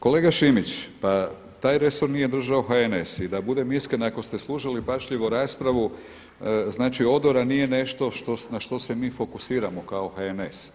Kolega Šimić, pa taj resor nije držao HNS i da budem iskren ako ste slušali pažljivo raspravu odora nije nešto na što se mi fokusiramo kao HNS.